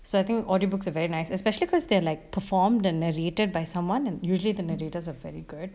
so I think audio books are very nice especially cause they're like performed and narrated by someone and usually the narraters are very good